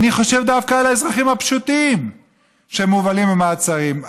אני חושב דווקא על האזרחים הפשוטים שמובלים למעצרים.